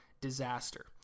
disaster